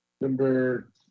number